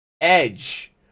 Edge